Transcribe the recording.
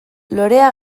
lorea